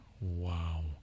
Wow